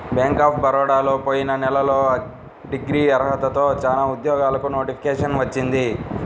bank of బరోడాలో పోయిన నెలలో డిగ్రీ అర్హతతో చానా ఉద్యోగాలకు నోటిఫికేషన్ వచ్చింది